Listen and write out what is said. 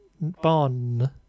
barn